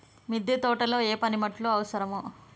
మిద్దె తోటలో ఏ పనిముట్లు అవసరం?